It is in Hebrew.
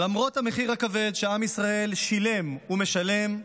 ולמרות המחיר הכבד שעם ישראל שילם ומשלם,